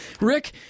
Rick